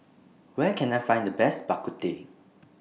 Where Can I Find The Best Bak Ku Teh